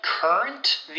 Current